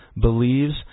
believes